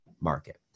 market